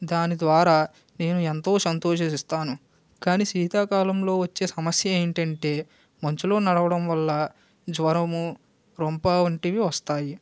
దాని ద్వారా నేను ఎంతో సంతోషిస్తాను కానీ శీతాకాలంలో వచ్చే సమస్య ఏంటంటే మంచులో నడవడం వల్ల జ్వరము రొంప వంటివి వస్తాయి